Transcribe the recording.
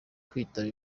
kwitaba